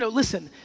so listen,